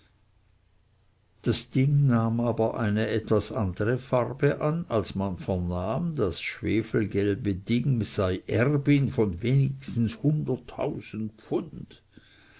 das ding nahm aber eine etwas andere farbe an als man vernahm das schwefelgelbe ding sei erbin von wenigstens hunderttausend pfund